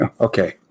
Okay